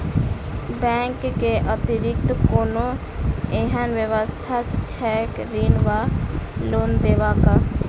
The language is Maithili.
बैंक केँ अतिरिक्त कोनो एहन व्यवस्था छैक ऋण वा लोनदेवाक?